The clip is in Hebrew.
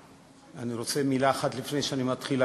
אני רוצה מילה אחת לפני שאני מתחיל,